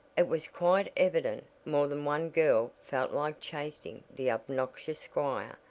it was quite evident more than one girl felt like chasing the obnoxious squire,